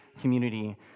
community